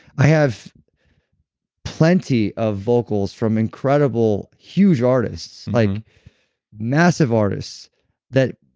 i have plenty of vocals from incredible huge artists, like massive artists that